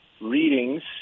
readings